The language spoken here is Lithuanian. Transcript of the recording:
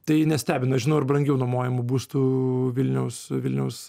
tai nestebina žinau ir brangiau nuomojamų būstų vilniaus vilniaus